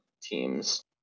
teams